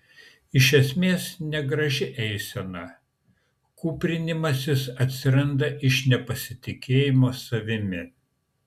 iš esmės negraži eisena kūprinimasis atsiranda iš nepasitikėjimo savimi